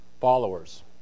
followers